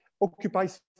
occupies